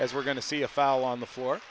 as we're going to see a foul on the floor